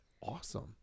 awesome